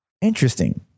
Interesting